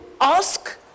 ask